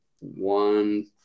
one